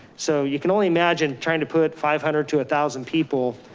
so you can only imagine trying to put five hundred to a thousand people,